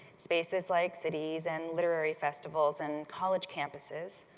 spaces like cities and literary festivals and college campuses,